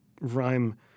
rhyme